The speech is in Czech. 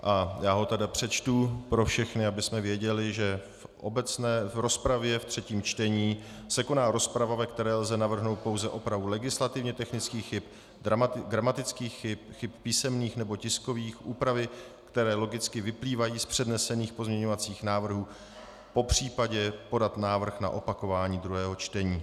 A já ho přečtu pro všechny, abychom věděli, že ve třetím čtení se koná rozprava, ve které lze navrhnout pouze opravu legislativně technických chyb, gramatických chyb, chyb písemných nebo tiskových, úpravy, které logicky vyplývají z přednesených pozměňovacích návrhů, popřípadě podat návrh na opakování druhého čtení.